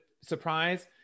surprise